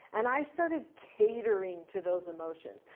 and i started catering to those emotions.